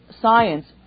science